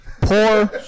Poor